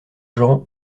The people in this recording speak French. jean